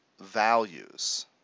values